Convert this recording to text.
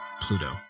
Pluto